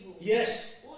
Yes